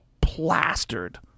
plastered